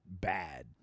bad